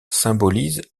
symbolise